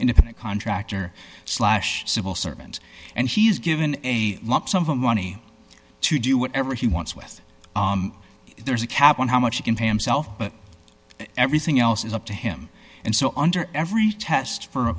independent contractor slash civil servant and he's given a lump sum of money to do whatever he wants west there's a cap on how much you can pay him self but everything else is up to him and so under every test for